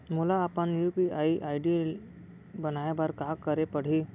मोला अपन UPI ID बनाए बर का करे पड़ही?